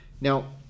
Now